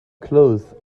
clothes